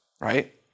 Right